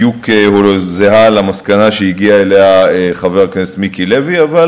בדיוק למסקנה שחבר הכנסת מיקי לוי הגיע אליה,